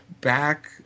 back